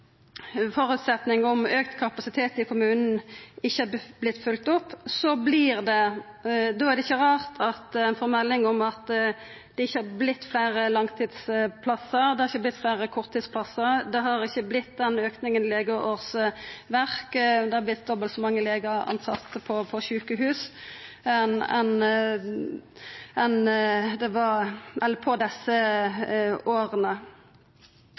om auka kapasitet i kommunen ikkje har vorte følgt opp, er det ikkje rart at ein får melding om at det ikkje har vorte fleire langtidsplassar, det har ikkje vorte fleire korttidsplassar, det har ikkje vorte den auka i legeårsverk, det har vorte dobbelt så mange legar tilsett på sjukehus på desse åra. Det eg hadde håpa, var at Stortinget, når vi behandlar denne riksrevisjonsrapporten, var heilt samstemde på